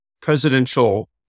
presidential